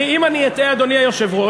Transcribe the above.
אם אני אטעה, אדוני היושב-ראש,